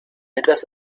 etwas